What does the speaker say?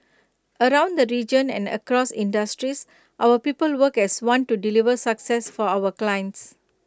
around the region and across industries our people work as one to deliver success for our clients